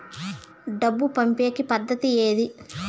డబ్బు పంపేకి పద్దతి ఏది